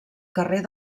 carrer